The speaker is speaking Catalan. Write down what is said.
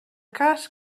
cas